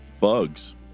bugs